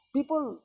People